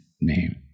name